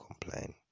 complain